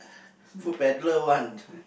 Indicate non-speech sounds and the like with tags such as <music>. <breath> food peddler one